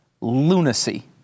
lunacy